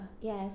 Yes